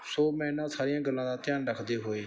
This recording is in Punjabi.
ਸੋ ਮੈਂ ਇਹਨਾਂ ਸਾਰੀਆਂ ਗੱਲਾਂ ਦਾ ਧਿਆਨ ਰੱਖਦੇ ਹੋਏ